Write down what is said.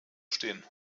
stehen